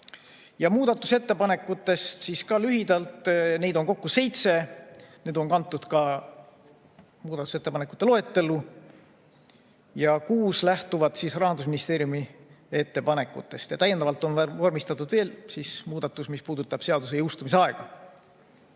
Muudatusettepanekutest lühidalt. Neid on kokku seitse ja need on kantud ka muudatusettepanekute loetellu. Kuus lähtuvad Rahandusministeeriumi ettepanekutest. Täiendavalt on vormistatud veel muudatus, mis puudutab seaduse jõustumise aega.